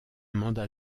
mandat